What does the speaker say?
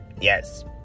Yes